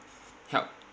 help